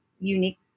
unique